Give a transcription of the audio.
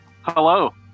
Hello